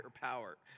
power